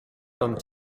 ran